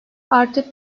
artık